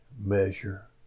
measure